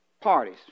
Parties